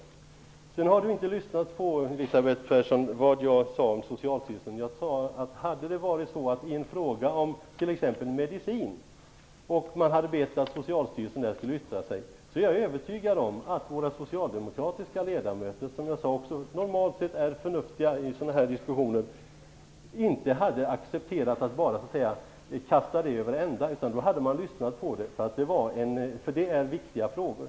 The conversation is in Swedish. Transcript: Elisabeth Persson har inte lyssnat på vad jag sade om Socialstyrelsen. Vad jag sade var detta. Hade det gällt en fråga om medicin och man hade bett Socialstyrelsen yttra sig, hade våra socialdemokratiska ledamöter inte accepterat att bara kasta det yttrandet över ända. Normalt sett är de ju förnuftiga i diskussioner av detta slag. Då hade de lyssnat på det, för det är viktiga frågor.